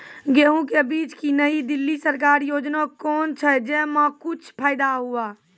गेहूँ के बीज की नई दिल्ली सरकारी योजना कोन छ जय मां कुछ फायदा हुआ?